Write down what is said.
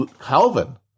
Calvin